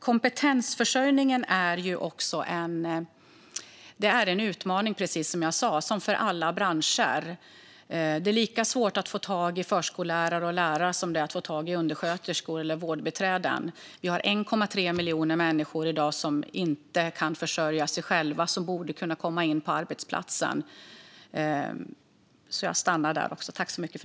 Kompetensförsörjningen är, precis som jag sa, en utmaning för alla branscher. Det är lika svårt att få tag i förskollärare och lärare som det är att få tag i undersköterskor och vårdbiträden. Vi har i dag 1,3 miljoner människor som inte kan försörja sig själva och som borde kunna komma in på arbetsplatser.